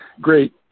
great